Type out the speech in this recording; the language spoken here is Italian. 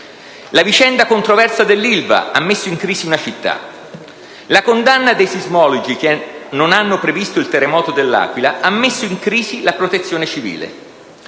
la vicenda controversa dell'Ilva ha messo in crisi una città; la condanna dei sismologi che non hanno previsto il terremoto dell'Aquila ha messo in crisi la Protezione civile;